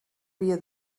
via